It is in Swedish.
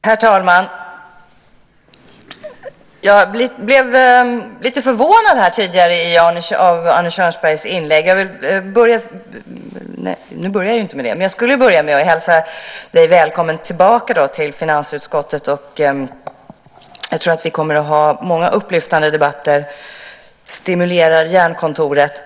Herr talman! Jag vill börja med att hälsa Arne Kjörnsberg välkommen tillbaka till finansutskottet. Jag tror att vi kommer att ha många upplyftande debatter som stimulerar hjärnkontoret.